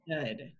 good